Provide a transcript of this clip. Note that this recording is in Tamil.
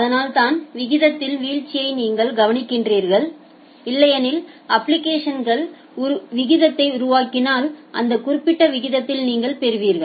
அதனால்தான் விகிதத்தில் வீழ்ச்சியை நீங்கள் கவனிக்கிறீர்கள் இல்லையெனில் அப்ளிகேஷன்கள் விகிதத்தை உருவாக்கினால் அந்த குறிப்பிட்ட விகிதத்தில் நீங்கள் பெறுவீர்கள்